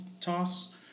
toss